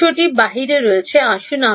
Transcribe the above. উত্সটি বাহিরে রয়েছে আসুন